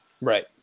Right